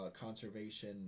conservation